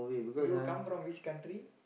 you come from which country